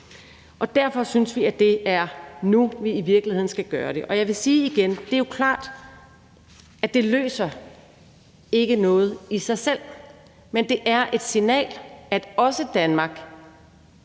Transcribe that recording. Derfor synes vi, at det i virkeligheden er nu, at vi skal gøre det. Jeg vil sige igen, at det jo er klart, at det ikke løser noget i sig selv, men det er et signal, at også Danmark